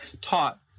taught